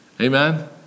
Amen